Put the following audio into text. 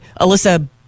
Alyssa